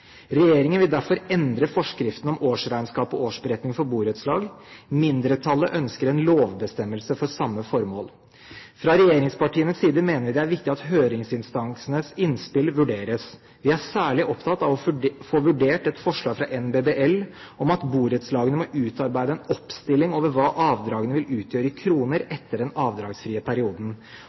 Regjeringen vil derfor endre forskriften om årsregnskap og årsberetning for borettslag. Mindretallet ønsker en lovbestemmelse for samme formål. Fra regjeringspartienes side mener vi det er viktig at høringsinstansenes innspill vurderes. Vi er særlig opptatt av å få vurdert et forslag fra NBBL om at borettslagene må utarbeide en oppstilling over hva avdragene vil utgjøre i kroner etter den avdragsfrie perioden,